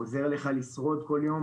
הוא עוזר לך לשרוד כל יום,